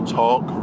talk